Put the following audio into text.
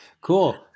Cool